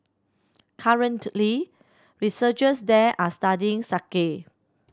currently researchers there are studying